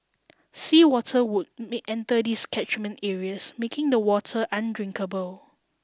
sea water would may enter these catchment areas making the water undrinkable